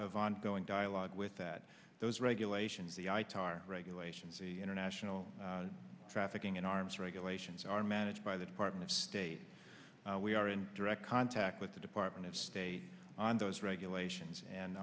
of ongoing dialogue with that those regulations the i tire regulations international trafficking in arms regulations are managed by the department of state we are in direct contact with the department of state on those regulations and